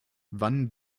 wann